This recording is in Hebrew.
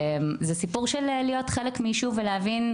זה סיפור של להיות חלק מיישוב ולהבין,